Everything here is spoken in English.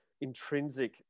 intrinsic